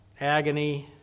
agony